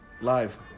Live